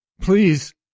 Please